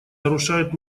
нарушает